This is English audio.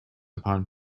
upon